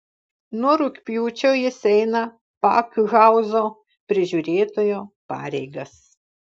nuo rugpjūčio jis eina pakhauzo prižiūrėtojo pareigas